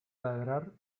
ladrar